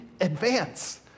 advance